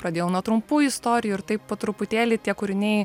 pradėjau nuo trumpų istorijų ir taip po truputėlį tie kūriniai